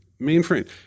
mainframe